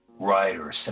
Writer